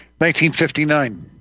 1959